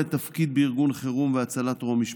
תפקיד בארגון חירום והצלה טרום-אשפוז.